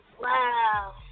Wow